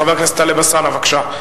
חבר הכנסת טלב אלסאנע, בבקשה.